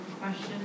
question